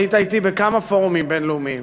היית אתי בכמה פורומים בין-לאומיים